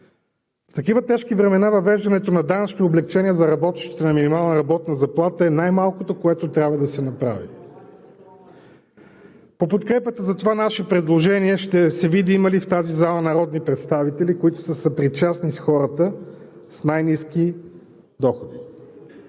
В такива тежки времена въвеждането на данъчни облекчения за работещите на минимална работна заплата е най-малкото, което трябва да се направи. По подкрепата на това наше предложение ще се види има ли в тази зала народни представители, които са съпричастни към хората с най-ниски доходи.